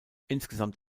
insgesamt